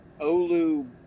Olu